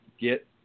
get